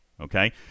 okay